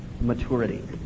maturity